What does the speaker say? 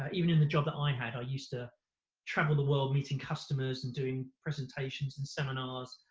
even in the job that i had, i used to travel the world meeting customers, and doing presentations and seminars,